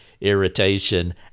irritation